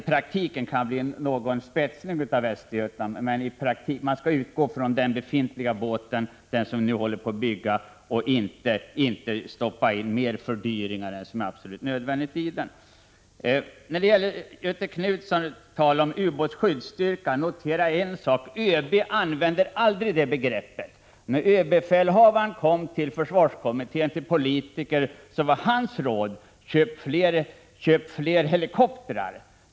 I praktiken kan det bli någon ”spetsning” av Västergötlandsklassen, men man skall utgå från den båt som nu håller på att byggas och inte tillföra sådant som leder till fördyringar annat än när det är absolut nödvändigt att göra detta. Göthe Knutson talår om ubåtsskyddsstyrkor. Jag vill då framhålla att överbefälhavaren aldrig har använt detta begrepp. När ÖB i fjol lämnade sin programplan var hans råd till politikerna att köpa fler helikoptrar för ubåtsjakt.